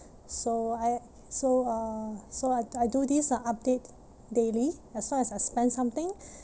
so I so uh so I d~ I do this uh update daily as long as I spend something